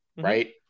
right